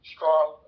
strong